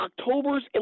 October's